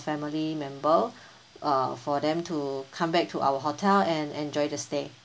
family member uh for them to come back to our hotel and enjoy the stay